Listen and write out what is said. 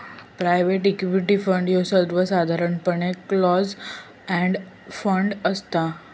private equity fund ह्यो सर्वसाधारणपणे close end fund असता